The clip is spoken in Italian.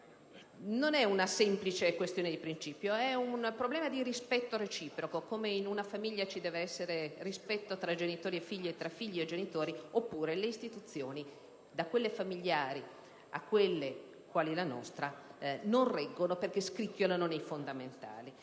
Non è una semplice questione di principio; è un problema di rispetto reciproco, come in una famiglia ci deve essere rispetto tra genitori e figli e tra figli e genitori, oppure le istituzioni, da quelle familiari a quelle quale la nostra, non reggono perché scricchiolano nei fondamenti.